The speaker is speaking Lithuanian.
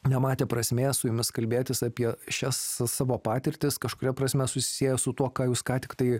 nematė prasmės su jumis kalbėtis apie šias savo patirtis kažkuria prasme susiję su tuo ką jūs ką tik tai